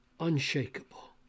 unshakable